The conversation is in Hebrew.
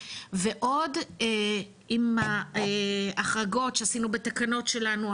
ועוד עם ההחרגות שעשינו בתקנות שלנו,